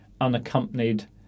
unaccompanied